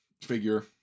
figure